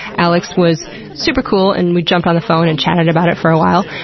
alex was super cool, and we jumped on the phone and chatted about it for a while.